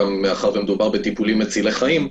מאחר שמדובר בטיפולים מצילי חיים,